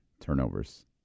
turnovers